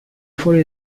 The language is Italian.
fuori